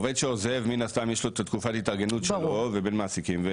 עובד שעוזב מן הסתם יש לו את תקופת ההתארגנות שלו ובין מעסיקים.